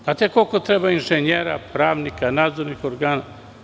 Znate li koliko treba inženjera, pravnika, nadzornih organa?